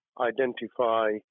Identify